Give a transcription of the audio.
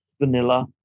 vanilla